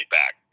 back